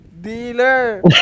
Dealer